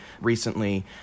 recently